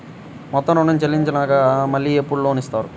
మొత్తం ఋణం చెల్లించినాక మళ్ళీ ఎప్పుడు లోన్ ఇస్తారు?